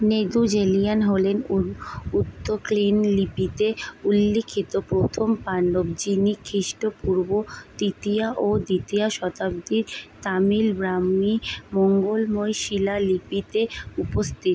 নেদুজেলিয়ান হলেন উত্তক্লিন লিপিতে উল্লিখিত প্রথম পাণ্ডব যিনি খ্রিষ্টপূর্ব তৃতীয় ও দ্বিতীয় শতাব্দীর তামিল ব্রাহ্মী মঙ্গলময় শিলালিপিতে উপস্থিত